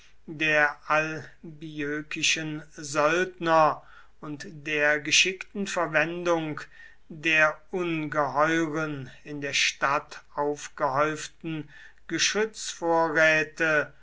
der albiökischen söldner und der geschickten verwendung der ungeheuren in der stadt aufgehäuften